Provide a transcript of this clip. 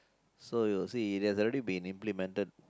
so you see there's a really be implemented